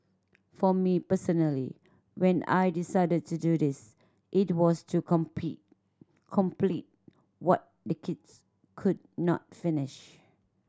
for me personally when I decided to do this it was to compete complete what the kids could not finish